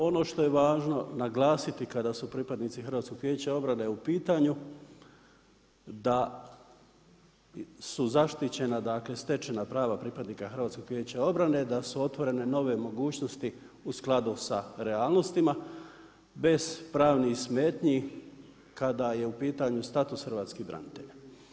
Ono što je važno naglasiti kada su pripadnici HVO-a u pitanju da su zaštićena dakle stečena prava pripadnika HVO-a, da su otvorene nove mogućnosti u skladu sa realnostima bez pravnih smetnji kada je u pitanju status hrvatskih branitelja.